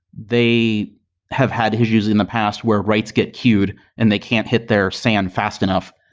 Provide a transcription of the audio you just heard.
they have had issues in the past where writes get queued and they can't hit their sand fast enough.